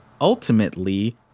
ultimately